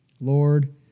Lord